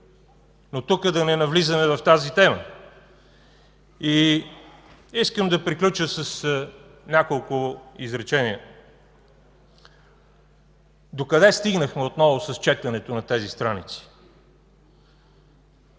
но да не навлизаме тук в тази тема. Искам да приключа с няколко изречения, докъде стигнахме отново с четенето на тези страници.